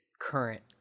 current